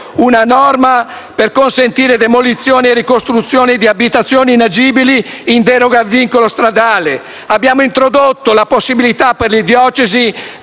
una norma per consentire demolizione e ricostruzione di abitazioni inagibili in deroga al vincolo stradale. Abbiamo introdotto la possibilità per le diocesi